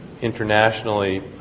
internationally